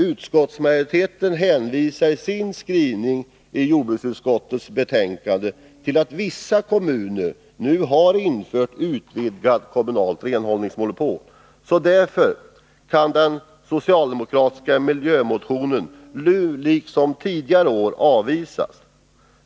Utskottsmajoriteten hänvisar i sin skrivning i jordbruksutskottets betänkande till att vissa kommuner har infört utvidgat kommunalt renhållningsmonopol, och därför kan den socialdemokratiska miljömotionen nu liksom tidigare år avvisas.